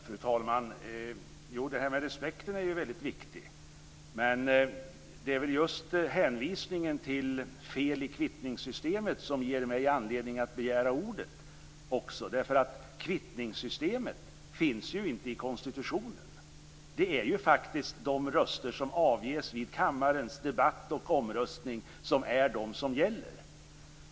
Fru talman! Jo, det här med respekten är ju väldigt viktigt, men det är väl just hänvisningen till fel i kvittningssystemet som ger mig anledning att begära ordet också. Kvittningssystemet finns ju inte i konstitutionen. Det är ju faktiskt de röster som avges vid kammarens debatt och omröstning som är de som gäller.